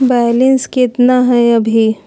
Balance केतना हय अभी?